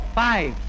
five